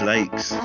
Lakes